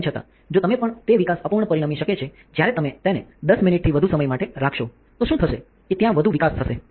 તેમ છતાં જો તમે પણ તે વિકાસ અપૂર્ણ પરિણમી શકે છે જ્યારે તમે તેને 10 મિનિટથી વધુ સમય માટે રાખશો તો શું થશે કે ત્યાં વધુ વિકાસ થશે